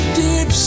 deep